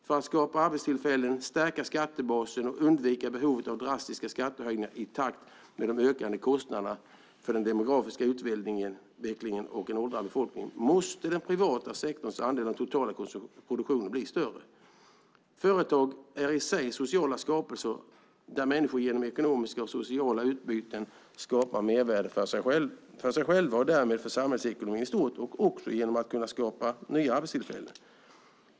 För att skapa arbetstillfällen, stärka skattebasen och undvika behovet av drastiska skattehöjningar i takt med de ökande kostnaderna för den demografiska utvecklingen och en åldrande befolkning måste den privata sektorns andel av den totala produktionen bli större. Företag är i sig sociala skapelser, där människor genom ekonomiska och sociala utbyten skapar mervärde för sig själva och därmed för samhällsekonomin i stort, också genom att skapa nya arbetstillfällen.